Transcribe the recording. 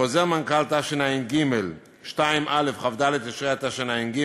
חוזר מנכ"ל התשע"ג/2(א), כ"ד בתשרי התשע"ג,